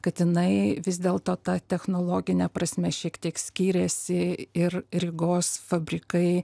kad jinai vis dėlto ta technologine prasme šiek tiek skyrėsi ir rygos fabrikai